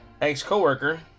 ex-coworker